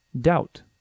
doubt